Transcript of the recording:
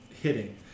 hitting